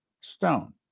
stone